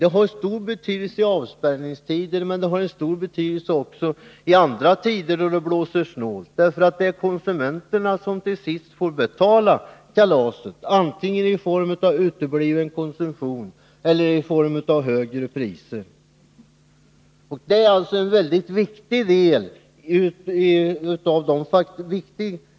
Det har stor betydelse i avspärrningstider men även i andra tider då det blåser snålt. Det är nämligen konsumenterna som till 31 sist får betala kalaset — antingen i form av utebliven konsumtion eller i form av bibehållen konsumtion men till högre priser.